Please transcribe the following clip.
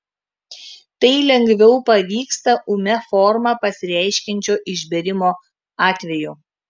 tai lengviau pavyksta ūmia forma pasireiškiančio išbėrimo atveju